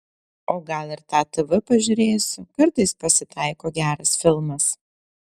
o gal ir tą tv pažiūrėsiu kartais pasitaiko geras filmas